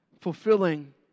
fulfilling